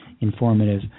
informative